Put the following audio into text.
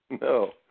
no